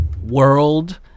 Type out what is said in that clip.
world